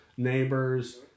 neighbors